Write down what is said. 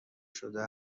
شده